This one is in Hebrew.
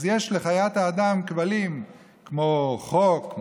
אז יש לחיית האדם כבלים כמו חוק,